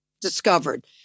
discovered